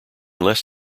less